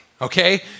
Okay